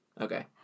Okay